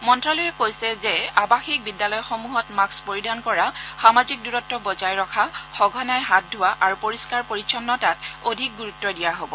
মন্ত্যালয়ে কৈছে যে আৱাসিক বিদ্যালয় হোৱা বাবে মাস্ক পৰিধান কৰা সামাজিক দূৰত্ব বজাই ৰখা সঘনাই হাত ধোৱা আৰু পৰিস্মাৰ পৰিচ্ছন্নতাত অধিক গুৰত্ দিয়া হ'ব